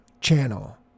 channel